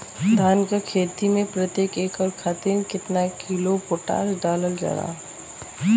धान क खेती में प्रत्येक एकड़ खातिर कितना किलोग्राम पोटाश डालल जाला?